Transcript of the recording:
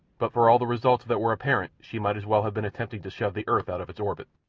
but for all the results that were apparent she might as well have been attempting to shove the earth out of its orbit.